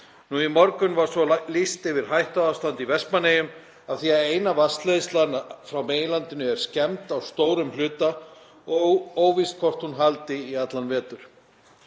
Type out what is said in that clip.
Í morgun var svo lýst yfir hættuástandi í Vestmannaeyjum af því að eina vatnsleiðslan frá meginlandinu er skemmd á stórum hluta og óvíst hvort hún haldi í allan vetur.